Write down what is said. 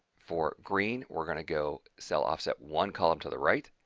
for green we're going to go cell offset one column to the right,